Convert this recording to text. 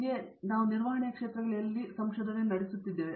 ಇಲ್ಲಿಯೇ ನಾವು ನಿರ್ವಹಣೆಯ ಕ್ಷೇತ್ರಗಳಿಗೆ ಸಂಶೋಧನೆ ನಡೆಸುತ್ತಿದ್ದೇವೆ